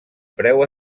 preu